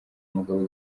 mugabo